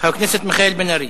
חבר הכנסת מיכאל בן-ארי.